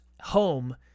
home